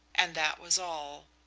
and that was all.